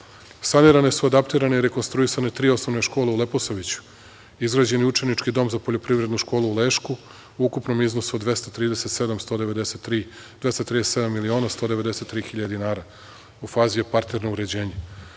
Sanirane su, adaptirane i rekonstruisane tri osnovne škole u Leposaviću, izgrađen je učenički dom za Poljoprivrednu školu u Lešku, u ukupnom iznosu od 237 miliona 193 hiljade dinara, u fazi je parterno uređenje. Posebnu